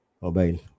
mobile